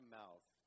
mouth